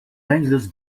angeles